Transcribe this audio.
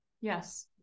Yes